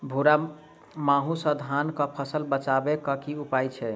भूरा माहू सँ धान कऽ फसल बचाबै कऽ की उपाय छै?